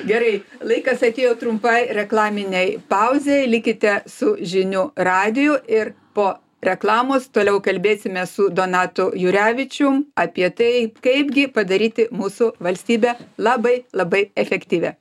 gerai laikas atėjo trumpai reklaminei pauzei likite su žinių radiju ir po reklamos toliau kalbėsimės su donatu jurevičium apie tai kaip gi padaryti mūsų valstybę labai labai efektyvią